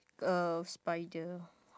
uh spider